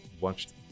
watched